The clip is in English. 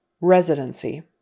Residency